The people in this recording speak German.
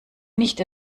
nicht